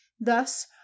Thus